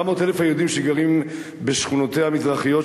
700,000 היהודים שגרים בשכונותיה המזרחיות